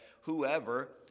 whoever